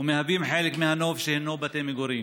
ומהווים חלק מהנוף שהינו בתי מגורים.